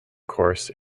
course